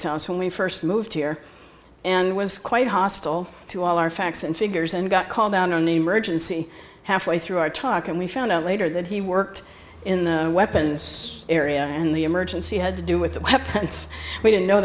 sounds when we first moved here and was quite hostile to all our facts and figures and got called out on the emergency halfway through our talk and we found out later that he worked in the weapons area and the emergency had to do with its we didn't know